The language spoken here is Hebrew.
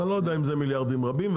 לא יודע אם זה מיליארדים רבים.